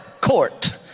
court